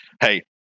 hey